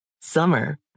summer